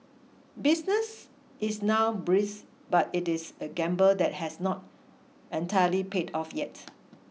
business is now brisk but it is a gamble that has not entirely paid off yet